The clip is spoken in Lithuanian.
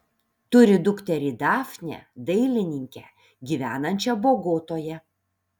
turi dukterį dafnę dailininkę gyvenančią bogotoje